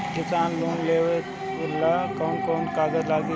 किसान लोन लेबे ला कौन कौन कागज लागि?